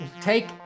Take